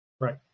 Right